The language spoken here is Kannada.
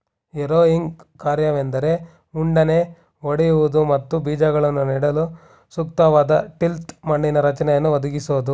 ಹೆರೋಯಿಂಗ್ ಕಾರ್ಯವೆಂದರೆ ಉಂಡೆನ ಒಡೆಯುವುದು ಮತ್ತು ಬೀಜಗಳನ್ನು ನೆಡಲು ಸೂಕ್ತವಾದ ಟಿಲ್ತ್ ಮಣ್ಣಿನ ರಚನೆಯನ್ನು ಒದಗಿಸೋದು